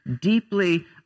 deeply